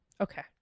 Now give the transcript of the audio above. Okay